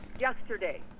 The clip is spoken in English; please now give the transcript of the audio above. yesterday